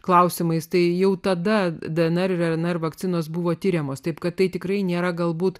klausimais tai jau tada dnr rnr vakcinos buvo tiriamos taip kad tai tikrai nėra galbūt